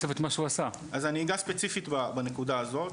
אז אני אגע ספציפית בנקודה הזאת,